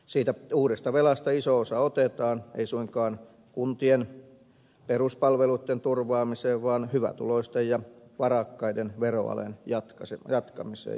siitä uudesta velasta iso osa otetaan ei suinkaan kuntien peruspalveluitten turvaamiseen vaan hyvätuloisten ja varakkaiden veroalen jatkamiseen